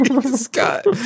Scott